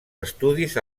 estudis